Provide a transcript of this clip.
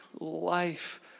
life